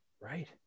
right